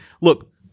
Look